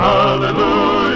Hallelujah